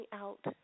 out